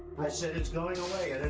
i said it's going away,